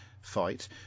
fight